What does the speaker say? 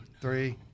Three